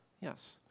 Yes